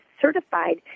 certified